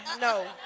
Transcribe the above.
No